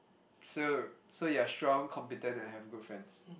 so so you're strong competent and have good friends